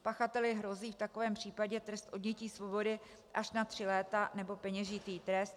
Pachateli hrozí v takovém případě trest odnětí svobody až na tři léta nebo peněžitý trest.